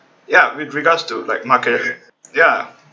ya with regards to like market ya